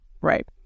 right